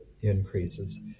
increases